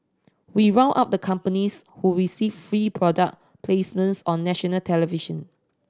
we round up the companies who received free product placements on national television